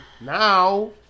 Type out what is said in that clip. now